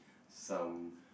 some